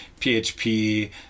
PHP